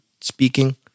speaking